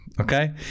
Okay